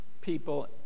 people